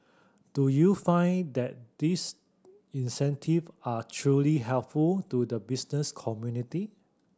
do you find that these incentive are truly helpful to the business community